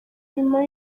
nyuma